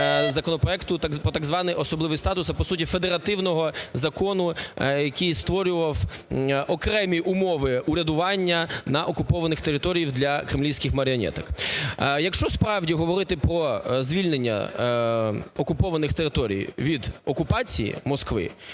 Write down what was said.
законопроекту про так званий особливий статус, а, по суті, федеративного закону, який створював окремі умови урядування на окупованих територіях для кремлівських маріонеток. Якщо справді говорити про звільнення окупованих територій від окупації Москви,